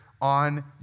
on